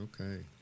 okay